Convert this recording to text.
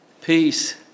Peace